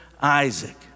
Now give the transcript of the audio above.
Isaac